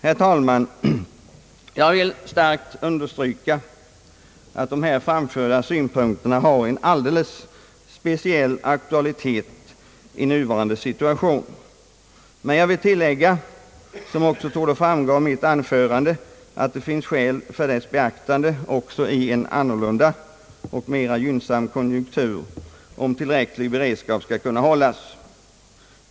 Jag vill, herr talman, starkt understryka att de här framförda synpunkterna har en alldeles speciell aktualitet i nuvarande situation, men jag vill tilllägga — som också torde framgå av mitt anförande — att det finns skäl för deras beaktande också i en annorlunda och mera gynnsam konjunktur om tillräcklig beredskap skall kunna hållas.